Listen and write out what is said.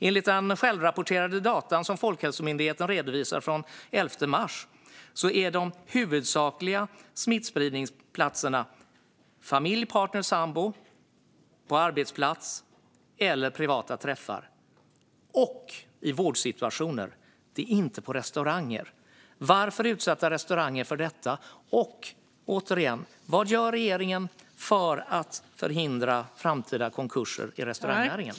Enligt de självrapporterade data som Folkhälsomyndigheten redovisar från den 11 mars är de huvudsakliga smittspridningsplatserna familj, partner och sambo, arbetsplats och privata träffar samt vårdsituationer. Det är inte restauranger. Varför utsätta restauranger för detta? Och återigen: Vad gör regeringen för att förhindra framtida konkurser i restaurangnäringen?